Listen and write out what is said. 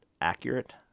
accurate